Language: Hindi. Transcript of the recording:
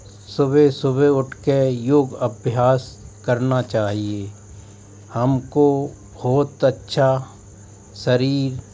सुबह सुबह उठ के योग अभ्यास करना चहिए हमको बहुत अच्छा शरीर